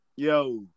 Yo